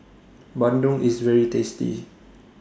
Bandung IS very tasty